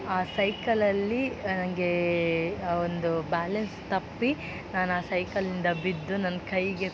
ಆ ಸೈಕಲಲ್ಲಿ ನಂಗೆ ಆ ಒಂದು ಬ್ಯಾಲೆನ್ಸ್ ತಪ್ಪಿ ನಾನು ಆ ಸೈಕಲಿಂದ ಬಿದ್ದು ನನ್ನ ಕೈಗೆ